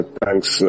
thanks